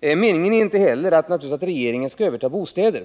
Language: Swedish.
Meningen är naturligtvis inte heller att regeringen skall överta bostäder.